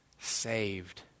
saved